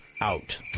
out